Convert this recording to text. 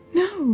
no